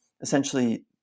essentially